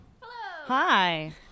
Hi